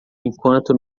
enquanto